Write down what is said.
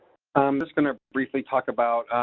um just going to briefly talk about